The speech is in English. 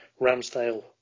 Ramsdale